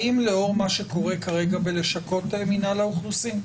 האם לאור מה שקורה כרגע בלשכות מינהל האוכלוסין,